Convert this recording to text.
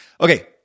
Okay